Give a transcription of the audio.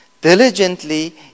diligently